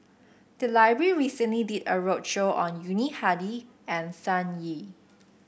the library recently did a roadshow on Yuni Hadi and Sun Yee